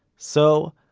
so,